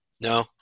No